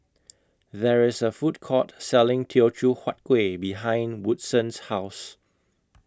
There IS A Food Court Selling Teochew Huat Kueh behind Woodson's House